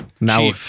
Now